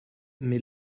mais